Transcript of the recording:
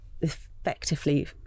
effectively